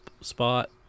spot